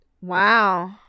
Wow